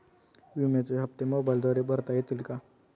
विम्याचे हप्ते मोबाइलद्वारे भरता येतील का?